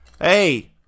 Hey